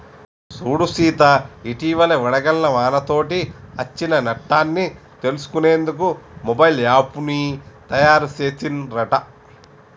సూడు సీత ఇటివలే వడగళ్ల వానతోటి అచ్చిన నట్టన్ని తెలుసుకునేందుకు మొబైల్ యాప్ను తాయారు సెసిన్ రట